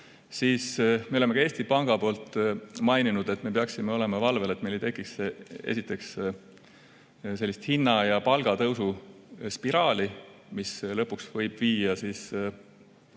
Me oleme ka Eesti Panga poolt märkinud, et me peaksime olema valvel, et meil ei tekiks esiteks sellist hinna‑ ja palgatõusu spiraali, mis lõpuks võib viia